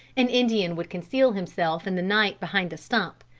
an indian would conceal himself in the night behind a stump,